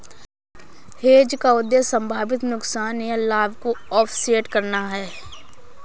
hedge का उद्देश्य संभावित नुकसान या लाभ को ऑफसेट करना है